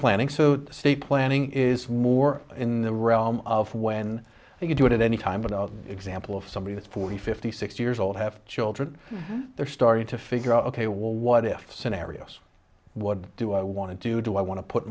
planning so see planning is more in the realm of when you do it at any time at all example of somebody who's forty fifty sixty years old have children they're starting to figure out ok well what if scenarios what do i want to do do i want to put